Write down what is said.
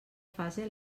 fase